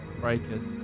Breakers